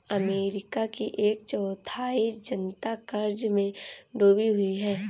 America की एक चौथाई जनता क़र्ज़ में डूबी हुई है